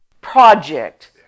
project